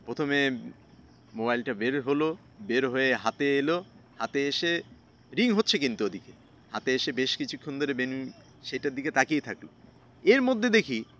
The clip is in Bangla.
প্রথমে মোবাইলটা বের হলো বের হয়ে হাতে এলো হাতে এসে রিং হচ্ছে কিন্তু ওদিকে হাতে এসে বেশ কিছুক্ষণ ধরে বেন সেটার দিকে তাকিয়েই থাকলো এর মধ্যে দেখি